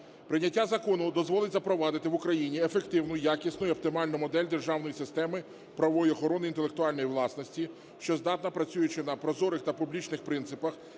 Прийняття закону до зволить запровадити в Україні ефективну і якісну, і оптимальну модель державної системи правової охорони інтелектуальної власності, що здатна, працюючи на прозорих та публічних принципах,